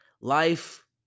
Life